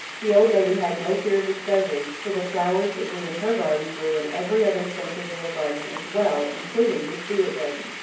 the old lady had no fear of discovery, for the flowers that grew in her garden grew in every other spencervale garden as well, including the stewart garden.